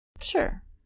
sure